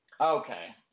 Okay